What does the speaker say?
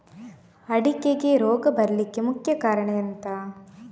ಅಡಿಕೆಗೆ ರೋಗ ಬರ್ಲಿಕ್ಕೆ ಮುಖ್ಯ ಕಾರಣ ಎಂಥ?